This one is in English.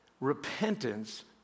Repentance